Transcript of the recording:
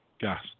gas